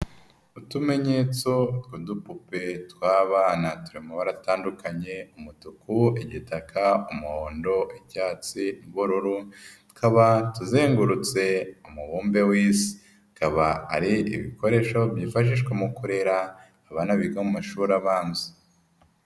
Utumenyetso, udupupe tw'abana turi mu mabara atandukanye, umutuku, igitaka, umuhondo, icyatsi, n'ubururu, tukaba tuzengurutse umubumbe w'Isi, akaba ari ibikoresho, byifashishwa mu kurera, abana biga mu mashuri abanza.